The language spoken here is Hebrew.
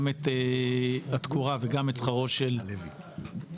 את התקורה ואת שכרו של המלווה,